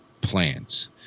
plants